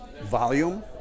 volume